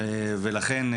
לכן,